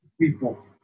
People